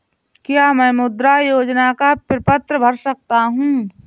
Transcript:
क्या मैं मुद्रा योजना का प्रपत्र भर सकता हूँ?